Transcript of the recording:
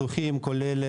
אני חוזר ואומר,